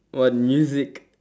what music